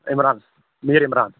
Imran Mir Imran